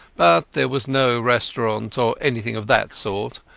but there was no restaurant or anything of that sort,